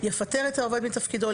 יפטר את העובד מתפקידו,